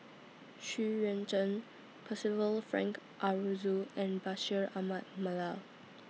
Xu Yuan Zhen Percival Frank Aroozoo and Bashir Ahmad Mallal